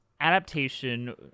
adaptation